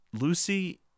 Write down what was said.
Lucy